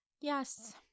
yes